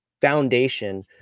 foundation